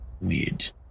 weird